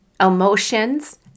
emotions